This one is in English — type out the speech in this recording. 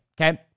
Okay